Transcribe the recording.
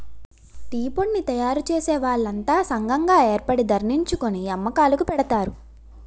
టీపొడిని తయారుచేసే వాళ్లంతా సంగం గాయేర్పడి ధరణిర్ణించుకొని అమ్మకాలుకి పెడతారు